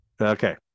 Okay